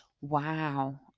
Wow